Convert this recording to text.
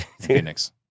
Phoenix